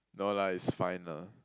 no lah is fine lah